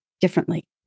differently